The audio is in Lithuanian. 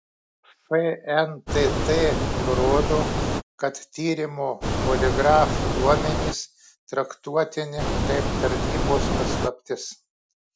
fntt nurodo kad tyrimo poligrafu duomenys traktuotini kaip tarnybos paslaptis